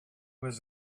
was